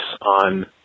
on